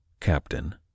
Captain